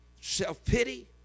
Self-pity